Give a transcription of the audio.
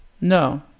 no